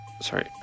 Sorry